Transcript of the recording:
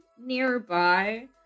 nearby